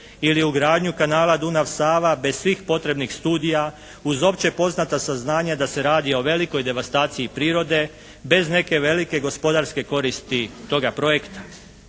ili ugradnju kanala Dunav – Sava bez svih potrebnih studija uz opće poznata saznanja da se radi o velikoj devastaciji prirode bez neke velike gospodarske koristi toga projekta.